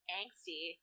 angsty